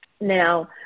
Now